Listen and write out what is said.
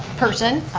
person.